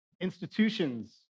institutions